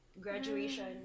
graduation